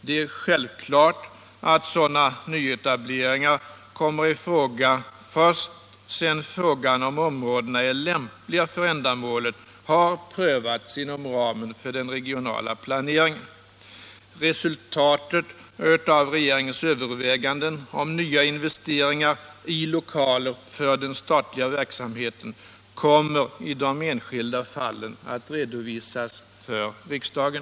Det är självklart att sådana nyetableringar kommer i fråga först sedan frågan om områdena är lämpliga för ändamålet har prövats inom ramen för den regionala planeringen. Resultatet av regeringens överväganden om nya än investeringar i lokaler för den statliga verksamheten kommer i de enskilda fallen att redovisas för riksdagen.